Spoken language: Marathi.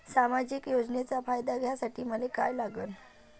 सामाजिक योजनेचा फायदा घ्यासाठी मले काय लागन?